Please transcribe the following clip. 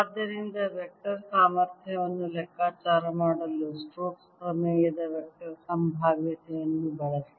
ಆದ್ದರಿಂದ ವೆಕ್ಟರ್ ಸಾಮರ್ಥ್ಯವನ್ನು ಲೆಕ್ಕಾಚಾರ ಮಾಡಲು ಸ್ಟೋಕ್ಸ್ ಪ್ರಮೇಯದ ವೆಕ್ಟರ್ ಸಂಭಾವ್ಯತೆಯನ್ನು ಬಳಸಿ